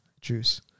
juice